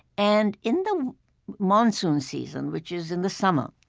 and in the monsoon season, which is in the summer,